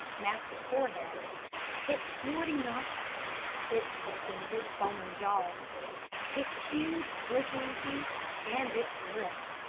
massive forehead its snorting nostrils its distended, foaming jaws its huge, glistening teeth and its lips,